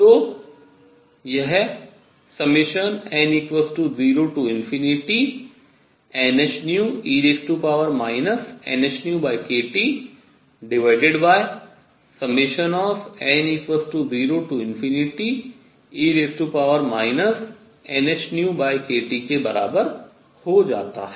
तो यह n0nhνe nhνkTn0e nhνkT के बराबर हो जाता है